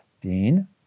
Dean